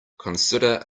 consider